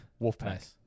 Wolfpack